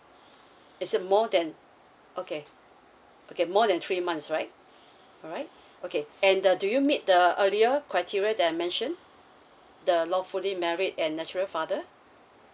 is it more than okay okay more than three months right alright okay and the do you meet the earlier criteria that I mentioned the lawfully married and natural father